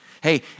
Hey